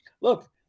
Look